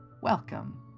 Welcome